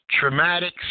traumatic